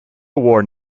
wore